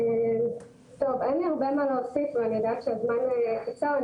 אני יודעת שהזמן קצר,